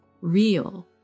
real